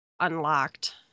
unlocked